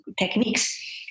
techniques